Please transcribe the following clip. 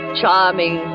charming